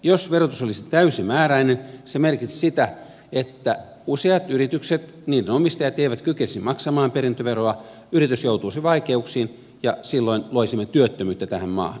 jos verotus olisi täysimääräinen se merkitsisi sitä että useat yritykset niiden omistajat eivät kykenisi maksamaan perintöveroa yritys joutuisi vaikeuksiin ja silloin loisimme työttömyyttä tähän maahan